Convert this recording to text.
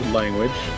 language